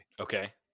Okay